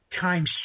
time